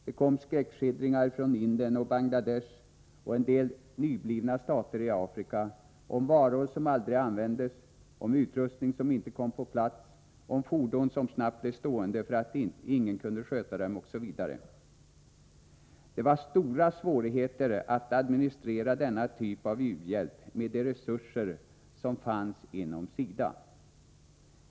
Det kom skräckskildringar från Indien och Bangladesh och en del nyblivna stater i Afrika om varor som aldrig användes, om utrustning som inte kom på plats, om fordon som snabbt blev stående för att ingen kunde sköta dem osv. Det förelåg stora svårigheter att administrera denna typ av u-hjälp med de resurser som fanns inom SIDA.